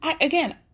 Again